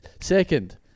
Second